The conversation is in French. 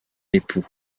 époux